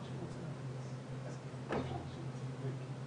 אבל בעצם כל המטרה של הסעיף הזה נועדה להתמודד בדיוק עם מה שמעלים פה,